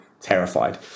terrified